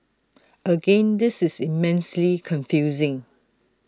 again this is immensely confusing